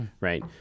Right